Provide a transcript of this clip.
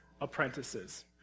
apprentices